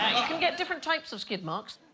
you can get different types of skid marks.